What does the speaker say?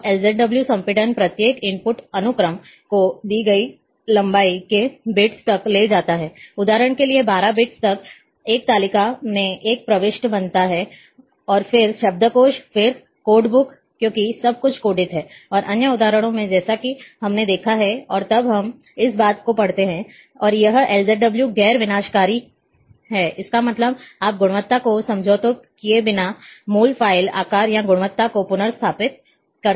अब LZW संपीड़न प्रत्येक इनपुट अनुक्रम को दी गई लंबाई के बिट्स तक ले जाता है उदाहरण के लिए 12 बिट्स एक तालिका में एक प्रविष्टि बनाता है और फिर शब्दकोश फिर कोड बुक क्योंकि सब कुछ कोडित है और अन्य उदाहरणों में जैसा कि हमने देखा है और तब हम इस बात को पढ़ते हैं और यह LZW गैर विनाशकारी है इसका मतलब है आप गुणवत्ता से समझौता किए बिना मूल फ़ाइल आकार और गुणवत्ता को पुनर्स्थापित कर सकते हैं